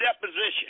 deposition